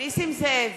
נסים זאב,